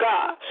God